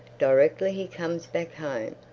directly he comes back home,